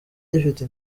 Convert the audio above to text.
gifite